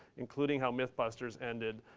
including how mythbusters ended.